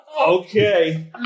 Okay